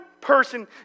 person